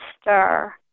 stir